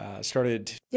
started